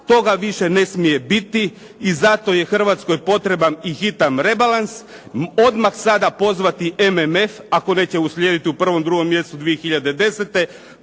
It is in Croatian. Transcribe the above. toga više ne smije biti i zato je Hrvatskoj potreba i hitan rebalans, odmah sada pozvati MMF, ako neće uslijediti u prvom, drugom mjesecu 2010.